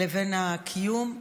לבין הקיום,